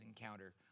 encounter